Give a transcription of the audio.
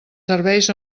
serveis